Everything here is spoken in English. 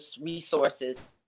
resources